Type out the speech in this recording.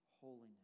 holiness